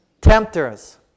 Tempters